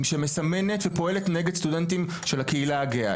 שמסמנת ופועלת נגד סטודנטים של הקהילה הגאה.